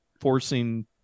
forcing